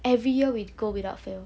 every year we go without fail